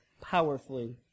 powerfully